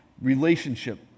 relationship